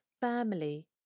family